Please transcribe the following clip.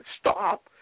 stop